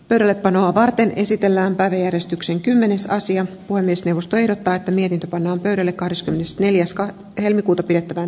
perille panoa varten esitellään pari eristyksiin kymmenes sija puhemiesneuvosto ehdottaa telia citycon on perillä kahdeskymmenesneljäs helmikuuta pidettävään